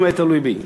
אם זה היה תלוי בי.